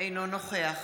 אינו נוכח